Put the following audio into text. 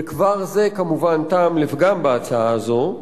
וכבר זה, כמובן, טעם לפגם בהצעה הזאת.